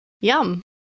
Yum